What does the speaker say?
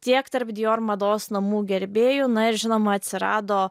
tiek tarp dijor mados namų gerbėjų na ir žinoma atsirado